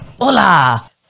Hola